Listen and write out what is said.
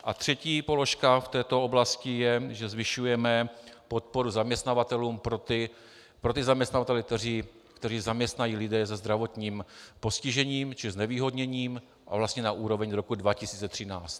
A třetí položka v této oblasti je, že zvyšujeme podporu zaměstnavatelům, pro ty zaměstnavatele, kteří zaměstnají lidi se zdravotním postižením či znevýhodněním, a vlastně na úroveň z roku 2013.